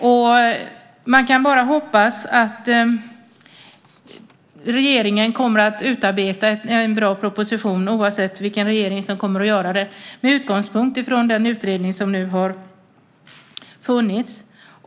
Vi kan bara hoppas att regeringen kommer att utarbeta en bra proposition - oavsett vilken regering det blir - med utgångspunkt i den utredning som nu har funnits.